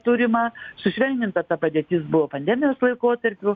turimą sušvelninta ta padėtis buvo pandemijos laikotarpiu